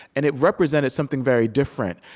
and it represented something very different,